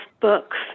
books